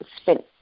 spent